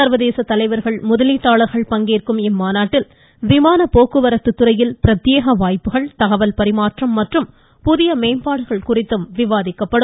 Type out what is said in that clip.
சர்வதேச தலைவர்கள் முதலீட்டாளர்கள் பங்கேற்கும் இம்மாநாட்டில் விமான போக்குவரத்து துறையில் பிரத்யேக வாய்ப்புகள் தகவல் பரிமாற்றம் மற்றும் புதிய மேம்பாடுகள் குறித்து விவாதிக்கப்படும்